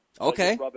Okay